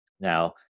Now